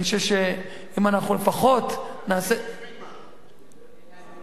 אני חושב שאם אנחנו לפחות, בוא נחזיר את פרידמן.